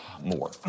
more